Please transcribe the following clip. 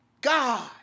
God